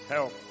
Help